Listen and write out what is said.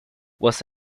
was